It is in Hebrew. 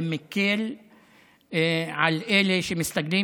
זה מקל על אלה שמסתגלים.